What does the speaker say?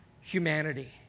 humanity